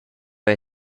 era